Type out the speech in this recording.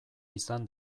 izan